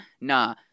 nah